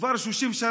כבר 30 שנה,